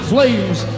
flames